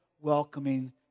welcoming